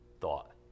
thought